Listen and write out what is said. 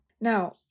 Now